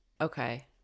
Okay